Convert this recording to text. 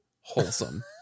wholesome